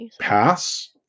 pass